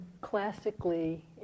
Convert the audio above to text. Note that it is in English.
classically